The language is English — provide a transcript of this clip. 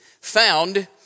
found